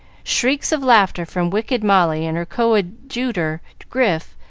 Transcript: shrieks of laughter from wicked molly and her coadjutor, grif,